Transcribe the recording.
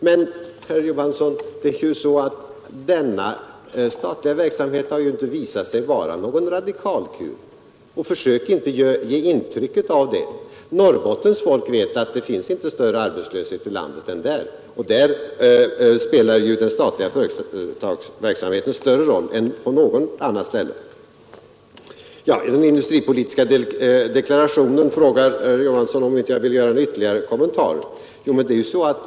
Men, herr Johansson, denna statliga verksamhet har inte visat sig vara någon radikalkur — försök inte att ge intryck av det. Norrbottens folk vet att det inte finns större arbetslöshet i landet än där. Där spelar den statliga företagsverksamheten större roll än på något annat ställe. Beträffande den industripolitiska deklarationen frågar herr Johansson om jag inte vill göra någon ytterligare kommentar.